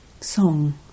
Song